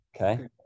Okay